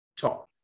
talk